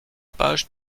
page